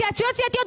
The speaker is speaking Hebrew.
התייעצויות סיעתיות.